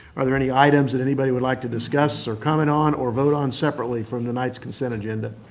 are there any items that anybody would like to discuss or comment on or vote on separately from tonight's consent agenda?